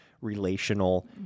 relational